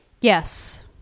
Yes